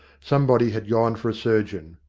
somebody had gone for a surgeon.